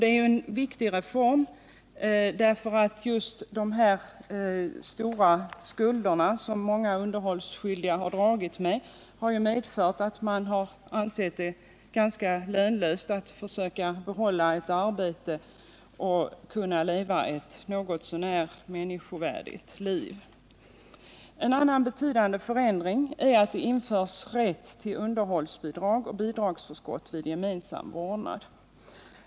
Det är en viktig reform just därför att de stora skulder som många underhållsskyldiga har dragits med har medfört att de ansett det ganska lönlöst att försöka behålla ett arbete för att kunna leva ett något så när människovärdigt liv. En annan betydande förändring är att det införs rätt till underhållsbidrag och bidragsförskott vid gemensam vårdnad.